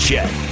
Jet